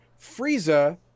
Frieza